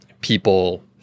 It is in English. people